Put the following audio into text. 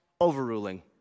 overruling